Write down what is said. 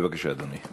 בבקשה, אדוני.